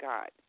God